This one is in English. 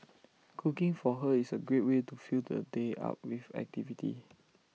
cooking for her is A great way to fill the day up with activity